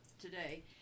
today